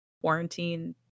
quarantine